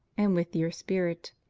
and with your spirit.